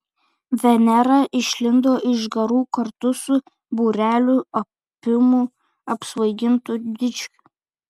venera išlindo iš garų kartu su būreliu opiumu apsvaigintų dičkių